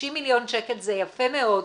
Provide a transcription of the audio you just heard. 90 מיליון שקל, זה יפה מאוד.